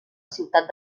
ciutat